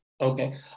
Okay